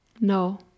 No